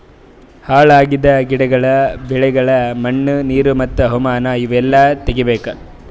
ಹಾಳ್ ಆಗಿದ್ ಗಿಡಗೊಳ್, ಬೆಳಿಗೊಳ್, ಮಣ್ಣ, ನೀರು ಮತ್ತ ಹವಾಮಾನ ಇವು ಎಲ್ಲಾ ತೆಗಿಬೇಕು